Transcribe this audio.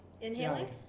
inhaling